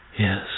Yes